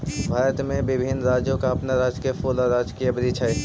भारत में विभिन्न राज्यों का अपना राजकीय फूल और राजकीय वृक्ष हई